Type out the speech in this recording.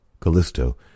Callisto